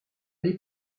les